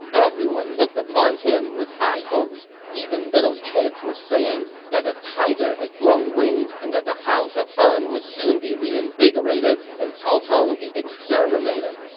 everyone looked upon him with high hopes. even little kids were saying that the tiger had grown wings and that the house of han would soon be reinvigorated and cao cao would be exterminated.